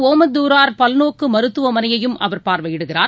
ஒமந்துரார் பல்நோக்கு மருத்துவமனையையும் அவர் பார்வையிடுகிறார்